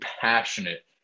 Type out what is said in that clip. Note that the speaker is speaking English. passionate